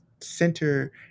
center